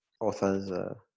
authors